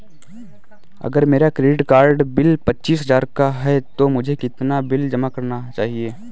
अगर मेरा credit card bill पच्चीस हजार का है तो मुझे कितना बिल जमा करना चाहिए?